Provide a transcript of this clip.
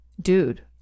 dude